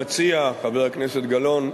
הכנסת המציע, חבר הכנסת גילאון,